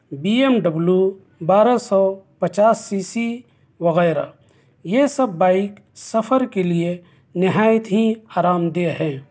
be M W بارہ سو پچاس سی سی وغیرہ یہ سب بائیک سفر کے لئے نہایت ہی آرام دہ ہیں